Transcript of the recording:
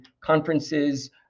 conferences